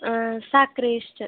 ಹಾಂ ಸಾಕ್ರಿ ಇಷ್ಟು